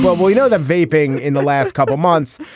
we know that vaping in the last couple of months.